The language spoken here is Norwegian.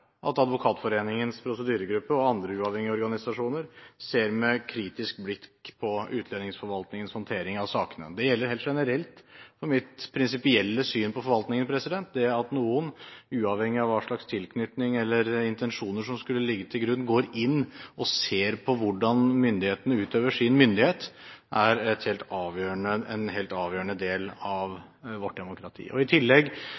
at Advokatforeningens prosedyregruppe og andre uavhengige organisasjoner ser med kritisk blikk på utlendingsforvaltningens håndtering av sakene. Det gjelder helt generelt. Og mitt prinsipielle syn på forvaltningen er: At noen, uavhengig av hva slags tilknytning eller intensjoner som skulle ligge til grunn, går inn og ser på hvordan myndighetene utøver sin myndighet, er en helt avgjørende del av vårt demokrati. I tillegg